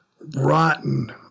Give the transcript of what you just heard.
rotten